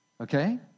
Okay